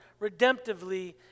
redemptively